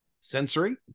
Sensory